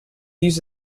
used